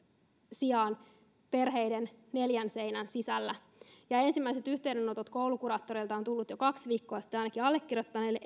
sijaan perheissä neljän seinän sisällä ensimmäiset yhteydenotot koulukuraattoreilta erittäin vaikeista turvallisuustilanteista ovat tulleet jo kaksi viikkoa sitten ainakin allekirjoittaneelle